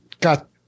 got